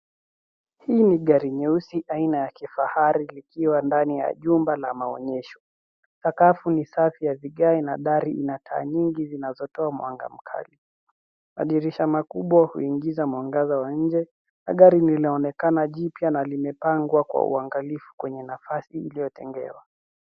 Hili ni gari nyeusi aina ya kifahari likiwa ndani ya jumba la maonyesho. Sakafu ni safi ya vigae na dari ina taa nyingi zinazotoa mwanga mkali. Madirisha makubwa huingiza mwangaza wa nje na gari linaonekana jipya na limepangwa kwa uangalifu kwenye nafasi iliyotengewa.